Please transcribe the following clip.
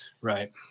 right